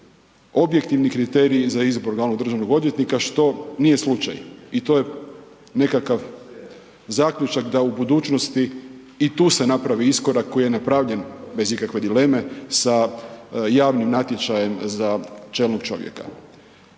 objektivni kriteriji za izbor glavnog državnog odvjetnika što nije slučaj i to je nekakav zaključak da u budućnosti i tu se napravi iskorak koji je napravljen bez ikakve dileme sa javnim natječajem za čelnog čovjeka.